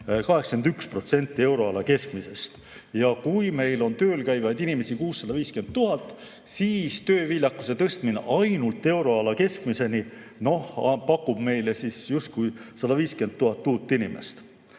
81% euroala keskmisest. Ja kui meil on tööl käivaid inimesi 650 000, siis tööviljakuse tõstmine ainult euroala keskmiseni pakub meile justkui 150 000 uut inimest.